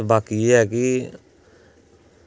ते बाकी एह् ऐ कि